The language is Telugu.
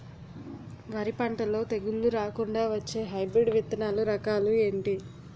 వరి పంటలో తెగుళ్లు రాకుండ వచ్చే హైబ్రిడ్ విత్తనాలు రకాలు ఏంటి?